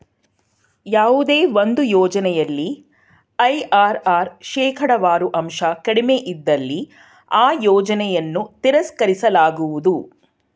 ಯಾವುದೇ ಒಂದು ಯೋಜನೆಯಲ್ಲಿ ಐ.ಆರ್.ಆರ್ ಶೇಕಡವಾರು ಅಂಶ ಕಡಿಮೆ ಇದ್ದಲ್ಲಿ ಆ ಯೋಜನೆಯನ್ನು ತಿರಸ್ಕರಿಸಲಾಗುವುದು